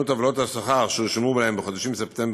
אני שואל בסוף,